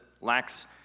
lacks